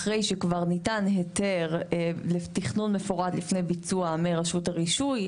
אחרי שכבר ניתן היתר לתכנון מפורט לפני ביצוע מרשות הרישוי,